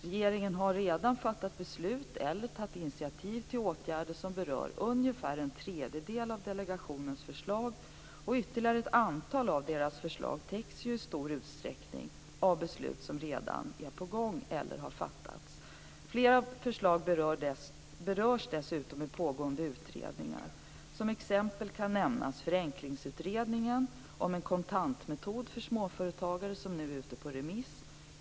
Regeringen har redan fattat beslut om eller tagit initiativ till åtgärder som berör ungefär en tredjedel av delegationens förslag, och ytterligare ett antal av delegationens förslag täcks ju i stor utsträckning av beslut som redan är på gång eller har fattats. Flera förslag berörs dessutom i pågående utredningar. Som exempel kan nämnas Förenklingsutredningen om en kontantmetod för småföretagare, som nu är ute på remiss.